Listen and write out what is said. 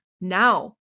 now